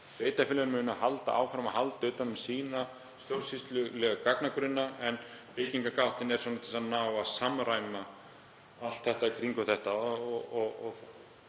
sveitarfélögin munu halda áfram að halda utan um sína stjórnsýslulegu gagnagrunna en byggingargáttin er svona til að ná að samræma allt í kringum þetta